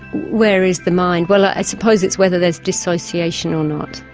where is the mind? well i suppose it's whether there's disassociation or not.